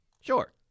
Sure